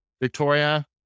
Victoria